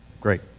Great